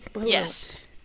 Yes